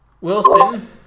Wilson